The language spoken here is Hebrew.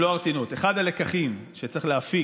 במלוא הרצינות: אחד הלקחים שצריך להפיק,